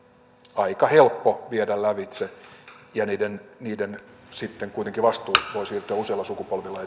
aika helppo viedä lävitse ja kuitenkin niiden vastuut voivat siirtyä useilla sukupolvilla